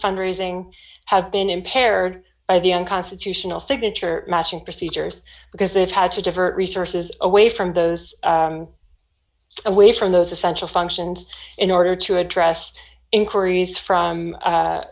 fund raising have been impaired by the un consitutional signature matching procedures because they've had to divert resources away from those away from those essential functions in order to address the inquiries from